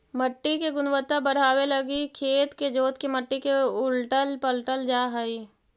मट्टी के गुणवत्ता बढ़ाबे लागी खेत के जोत के मट्टी के उलटल पलटल जा हई